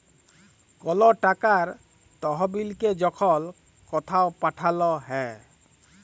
call টাকার তহবিলকে যখল কথাও পাঠাল হ্যয়